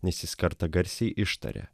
nes jis kartą garsiai ištarė